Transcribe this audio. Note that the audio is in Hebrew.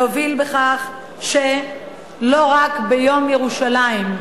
להוביל בכך שלא רק ביום ירושלים,